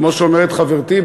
כמו שאומרת חברתי,